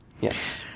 yes